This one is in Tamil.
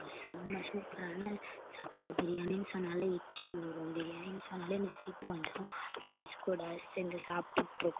ஒரு செம்ம சூப்பரான சாப்பாடு பிரியாணினு சொன்னால் எச்சில் ஊறும் பிரியாணினு சொன்னால் எனக்கு சிரிப்பு வந்துடும் ஃப்ரெண்ட்ஸ் கூட சேர்ந்து சாப்பிட்டிருக்கோம்